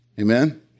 Amen